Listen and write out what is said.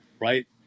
right